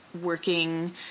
working